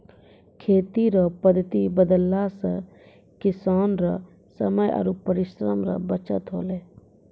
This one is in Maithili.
खेती रो पद्धति बदलला से किसान रो समय आरु परिश्रम रो बचत होलै